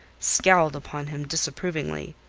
scowled upon him disapprovingly.